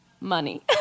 money